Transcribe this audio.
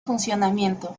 funcionamiento